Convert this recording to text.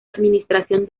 administración